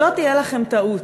שלא תהיה לכם טעות: